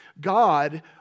God